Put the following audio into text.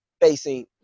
facing